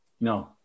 No